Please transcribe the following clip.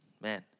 man